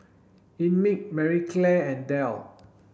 Einmilk Marie Claire and Dell